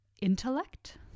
intellect